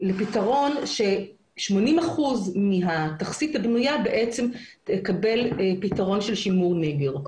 לפתרון ש-80 אחוזים מהתכסית הבנויה בעצם תקבל פתרון של שימור נגר.